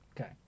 Okay